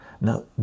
now